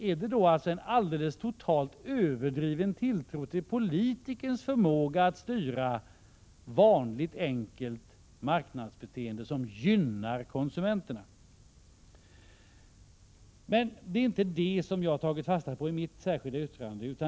Har man en totalt överdriven tilltro till politikerns förmåga att styra vanligt enkelt marknadsbeteende, som gynnar konsumenterna? Men det är inte detta jag har tagit fasta på i mitt särskilda yttrande.